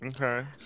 Okay